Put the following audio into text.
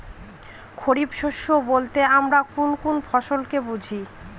খরিফ শস্য বলতে আমরা কোন কোন ফসল কে বুঝি?